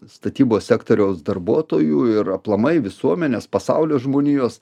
statybos sektoriaus darbuotojų ir aplamai visuomenės pasaulio žmonijos